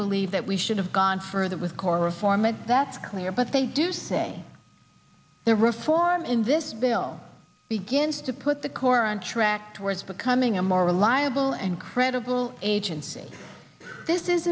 believe that we should have gone further with core reform and that's clear but they do say the reform in this bill begins to put the corps on track towards becoming a more reliable and credible agency this is